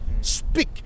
speak